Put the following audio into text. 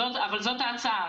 זו ההצעה.